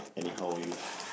anyhow use